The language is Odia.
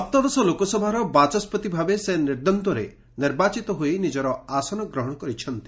ସପ୍ତଦଶ ଲୋକସଭାର ବାଚ ଭାବେ ସେ ନିଦ୍ୱର୍ସ୍ୱରେ ନିର୍ବାଚିତ ହୋଇ ନିଜର ଆସନ ଗ୍ରହଶ କରିଛନ୍ତି